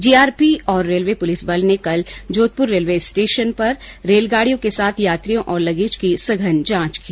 GRP और railway police बल ने कल जोधपुर रेलवे स्टेशन पर रेल गाडियों के साथ यात्रियों और लगेज की सघन जांच की